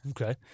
Okay